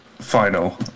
final